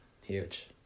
Huge